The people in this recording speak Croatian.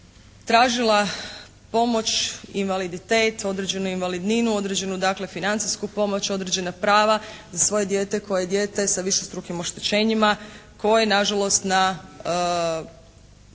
tražila pomoć, invaliditet, određenu invalidninu, određenu dakle financijsku pomoć, određena prava za svoje dijete koje je dijete sa višestrukim oštećenjima koje nažalost na